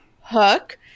Hook